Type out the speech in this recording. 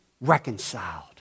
reconciled